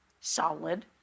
solid